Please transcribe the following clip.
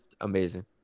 amazing